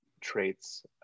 traits